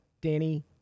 Danny